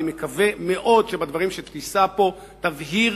אני מקווה מאוד שבדברים שתישא פה תבהיר